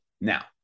Now